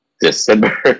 december